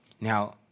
Now